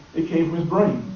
it came from his brain.